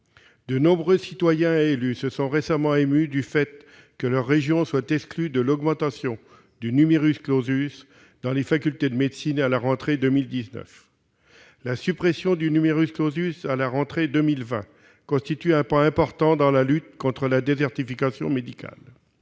De nombreux citoyens et élus se sont récemment émus du fait que leur région soit exclue de l'augmentation du dans les facultés de médecine à la rentrée de 2019. La suppression du à la rentrée de 2020 constitue un pas important dans la lutte contre la désertification médicale.